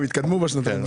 הם התקדמו בשנתיים.